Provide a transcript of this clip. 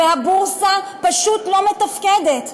והבורסה פשוט לא מתפקדת.